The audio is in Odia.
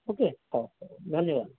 ଓକେ ହଉ ଧନ୍ୟବାଦ